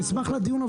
אני אשמח לדיון.